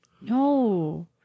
No